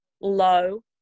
low